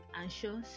anxious